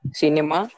cinema